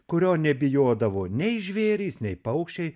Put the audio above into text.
kurio nebijodavo nei žvėrys nei paukščiai